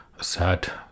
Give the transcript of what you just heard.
sad